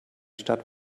stadt